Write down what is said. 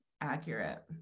Accurate